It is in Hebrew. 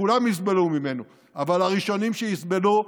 כולם יסבלו ממנו,